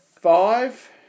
Five